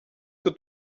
que